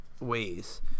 ways